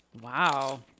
Wow